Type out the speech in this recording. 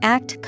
Act